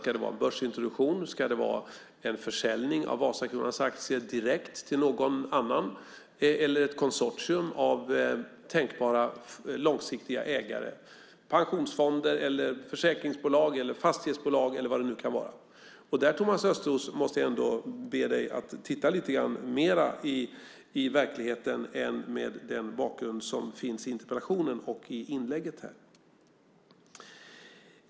Ska det vara en börsintroduktion eller ska det vara en försäljning av Vasakronans aktier direkt till någon annan eller ett konsortium av tänkbara långsiktiga ägare - pensionsfonder, försäkringsbolag, fastighetsbolag eller vad det nu kan vara. Där måste jag, Thomas Östros, be dig att mer titta på verkligheten än på den bakgrund som redovisas i interpellationen och i inlägget här.